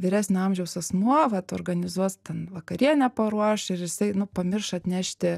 vyresnio amžiaus asmuo vat organizuos ten vakarienę paruoš ir jisai nu pamiršo atnešti